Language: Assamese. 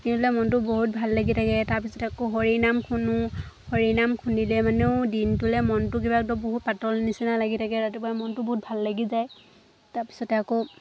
মনটো বহুত ভাল লাগি থাকে তাৰপিছত আকৌ হৰিনাম শুনো হৰিনাম শুনিলে মানেও দিনটোলৈ মনটো কিবা একদম বহুত পাতল নিচিনা লাগি থাকে ৰাতিপুৱা মনটো বহুত ভাল লাগি যায় তাৰপিছতে আকৌ